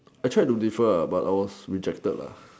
I tried to defer ah but I was rejected lah